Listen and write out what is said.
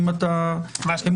בבקשה,